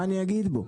מה אני אגיד בו?